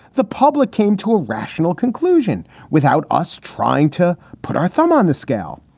the public came to a rational conclusion without us trying to put our thumb on the scale.